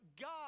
God